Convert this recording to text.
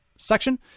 section